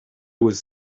was